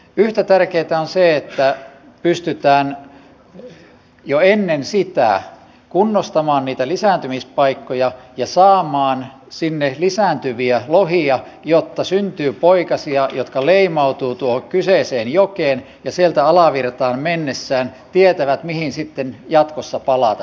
yhtä tärkeätä on se että pystytään jo ennen sitä kunnostamaan niitä lisääntymispaikkoja ja saamaan sinne lisääntyviä lohia jotta syntyy poikasia jotka leimautuvat tuohon kyseiseen jokeen ja sieltä alavirtaan mennessään tietävät mihin sitten jatkossa palata